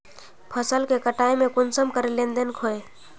फसल के कटाई में कुंसम करे लेन देन होए?